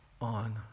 on